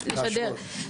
הלהשוות,